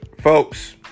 folks